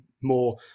more